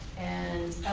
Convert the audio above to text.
and